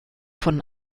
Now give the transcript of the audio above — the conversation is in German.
von